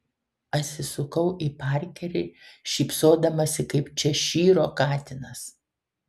atsisukau į parkerį šypsodamasi kaip češyro katinas